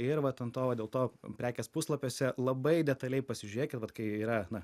ir vat ten to va dėl to prekės puslapiuose labai detaliai pasižiūrėkit vat kai yra na